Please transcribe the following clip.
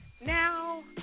Now